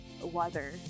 weather